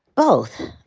both.